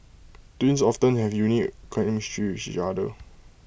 twins often have A unique chemistry each other